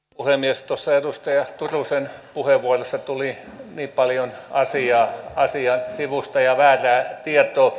tuossa edustaja turusen puheenvuorossa tuli hyvin paljon asiaa asian sivusta ja väärää tietoa